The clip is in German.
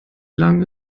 lang